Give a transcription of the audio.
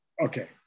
Okay